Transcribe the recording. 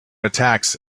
attacks